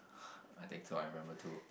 I think so I remember too